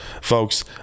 folks